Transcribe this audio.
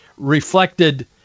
reflected